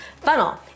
funnel